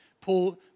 Paul